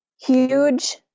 huge